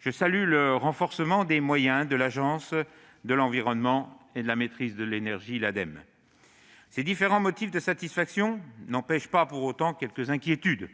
je salue le renforcement des moyens de l'Agence de l'environnement et de la maîtrise de l'énergie, l'Ademe. Ces différents motifs de satisfaction n'empêchent pas pour autant quelques inquiétudes.